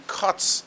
cuts